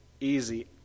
easy